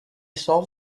solve